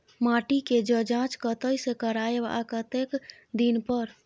माटी के ज जॉंच कतय से करायब आ कतेक दिन पर?